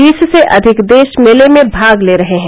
बीस से अधिक देश मेले में भाग ले रहे हैं